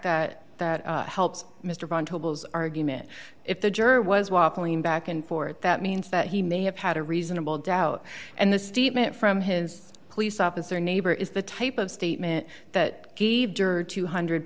that that helps mr von tobel as argument if the juror was waffling back and forth that means that he may have had a reasonable doubt and the statement from his police officer neighbor is the type of statement that gave juror two hundred